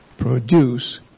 produce